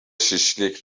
شیشلیک